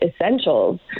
essentials